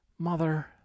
Mother